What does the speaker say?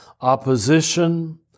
opposition